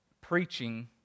preaching